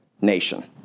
nation